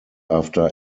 after